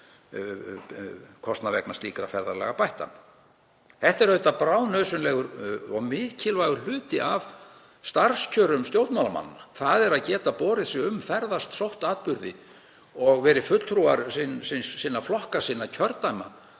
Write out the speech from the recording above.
kostnað vegna slíkra ferðalaga bættan. Þetta er bráðnauðsynlegur og mikilvægur hluti af starfskjörum stjórnmálamannanna, þ.e. að geta borið sig um, ferðast, sótt atburði og verið fulltrúar sinna flokka, sinna kjördæma,